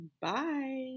Bye